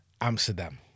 Amsterdam